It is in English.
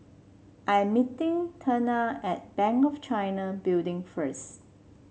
I am meeting Teena at Bank of China Building first